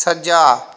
ਸੱਜਾ